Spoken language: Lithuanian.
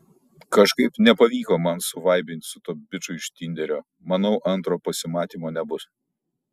kažkaip nepavyko man suvaibint su tuo biču iš tinderio manau antro pasimatymo nebus